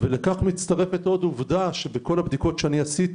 לכך מצטרף מה שהעליתי מבדיקות שערכתי